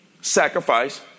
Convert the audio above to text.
sacrifice